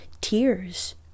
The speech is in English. tears